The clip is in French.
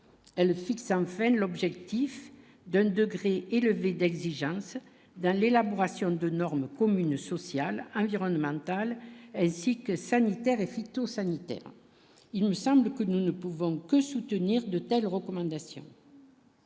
Elle fixe en fait l'objectif d'un degré élevé d'exigences dans l'élaboration de normes communes, sociales, environnementales, ainsi que ça ni. Et phytosanitaire, il me semble que nous ne pouvons que soutenir de telles recommandations.